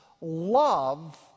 love